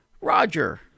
roger